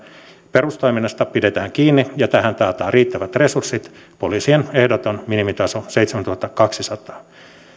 perustoiminnasta pidetään kiinni ja tähän taataan riittävät resurssit poliisien ehdoton minimitaso seitsemäntuhattakaksisataa kaksi